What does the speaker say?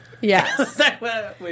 Yes